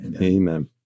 Amen